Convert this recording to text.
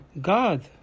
God